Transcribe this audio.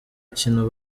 kintu